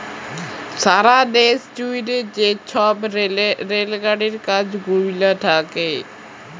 সারা দ্যাশ জুইড়ে যে ছব রেল গাড়ির কাজ গুলা থ্যাকে